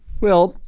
well,